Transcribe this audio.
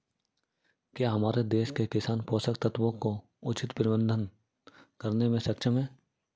क्या हमारे देश के किसान पोषक तत्वों का उचित प्रबंधन करने में सक्षम हैं?